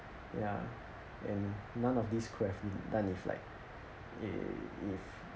ya and none of this could have done if like if